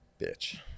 bitch